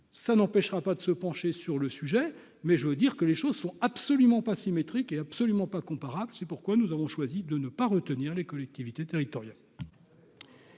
ça n'empêchera pas de se pencher sur le sujet, mais je veux dire que les choses sont absolument pas symétriques absolument pas comparables, c'est pourquoi nous avons choisi de ne pas retenir les collectivités territoriales.